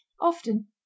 Often